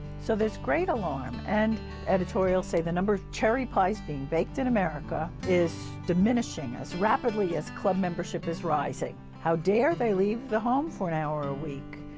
so there's great alarm, and editorials say, the number of cherry pies being baked in america is diminishing as rapidly as club membership is rising. how dare they leave the home for an hour a week.